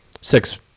six